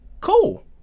cool